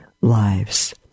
lives